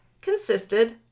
consisted